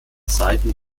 zeiten